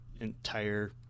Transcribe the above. entire